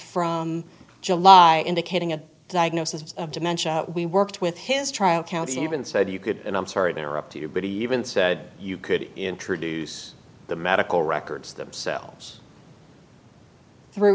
from july indicating a diagnosis of dementia we worked with his trial counsel even said you could and i'm sorry to interrupt you but he even said you could introduce the medical records themselves through